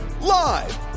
Live